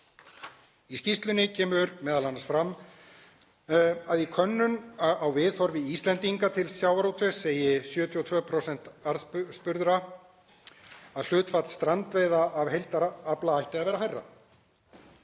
Í skýrslunni kemur m.a. fram að í könnun á viðhorfi Íslendinga til sjávarútvegs segi 72% aðspurðra að hlutfall strandveiða af heildarafla ætti að vera hærra.